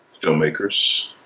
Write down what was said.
filmmakers